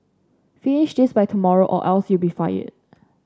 finish this by tomorrow or else you'll be fired